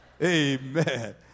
Amen